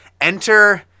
Enter